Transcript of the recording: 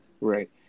Right